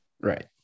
right